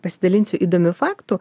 pasidalinsiu įdomių faktų